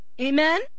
Amen